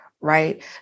right